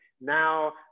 now